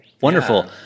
Wonderful